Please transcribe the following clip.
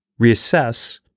reassess